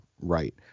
right